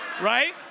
right